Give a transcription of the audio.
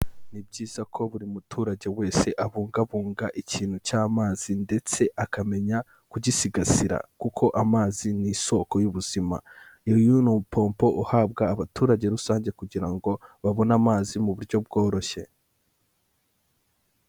Ni byiza ko buri muturage wese abungabunga ikintu cy'amazi ndetse akamenya kugisigasira, kuko amazi ni isoko y'ubuzima, uyu wo ni umupompo uhabwa abaturage rusange kugira ngo babone amazi mu buryo bworoshye.